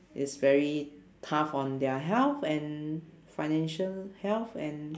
is very tough on their health and financial health and